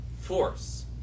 force